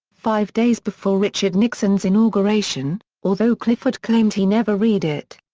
five days before richard nixon's inauguration although clifford claimed he never read it.